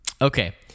Okay